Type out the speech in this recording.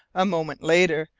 a moment later,